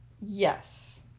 Yes